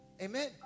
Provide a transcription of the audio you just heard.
Amen